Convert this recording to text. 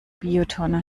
biotonne